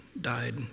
died